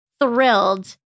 thrilled